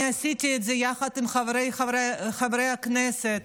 אני עשיתי את זה יחד עם חבריי חברי הכנסת,